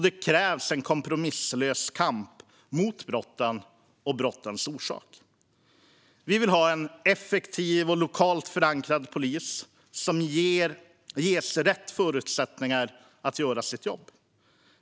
Då krävs en kompromisslös kamp mot brotten och brottens orsaker. Vi vill ha en effektiv och lokalt förankrad polis som ges rätt förutsättningar att göra sitt jobb.